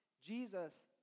Jesus